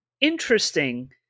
interesting